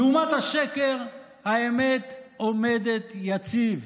לעומת השקר, האמת עומדת יציב: